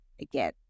again